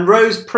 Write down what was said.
Rose